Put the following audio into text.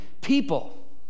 people